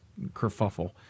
kerfuffle